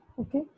Okay